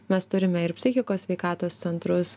mes turime ir psichikos sveikatos centrus